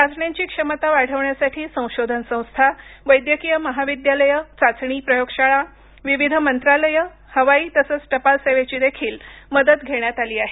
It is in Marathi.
चाचण्यांची क्षमता वाढविण्यासाठी संशोधन संस्था वैद्यकीय महाविद्यालयं चाचणी प्रयोगशाळा विविध मंत्रालयं हवाई तसंच टपाल सेवेचीदेखील मदत घेण्यात आली आहे